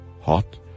hot